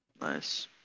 Nice